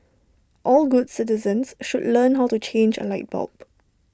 all good citizens should learn how to change A light bulb